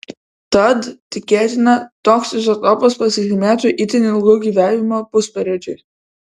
tad tikėtina toks izotopas pasižymėtų itin ilgu gyvavimo pusperiodžiu